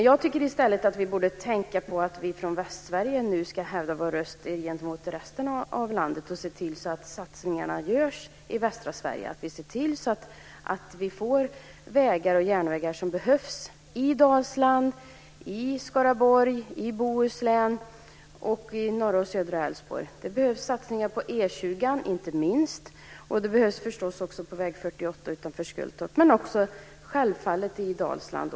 Jag tycker i stället att vi från Västsverige borde tänka på att nu hävda vår röst gentemot resten av landet och se till att satsningarna görs i västra Sverige. Vi bör se till att vi får vägar och järnvägar som behövs i Dalsland, i Skaraborg, i Bohuslän och i norra och södra Älvsborg. Det behövs satsningar på E 20 inte minst och förstås också på väg 48 utanför Skultorp, men självfallet också i Dalsland.